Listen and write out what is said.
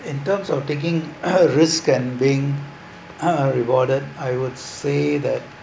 in terms of taking risk and being rewarded I would say that